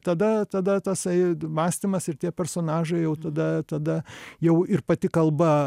tada tada tasai mąstymas ir tie personažai jau tada tada jau ir pati kalba